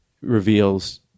reveals